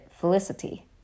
Felicity